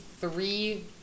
three